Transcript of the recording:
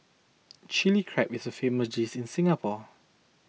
Chilli Crab is a famous dish in Singapore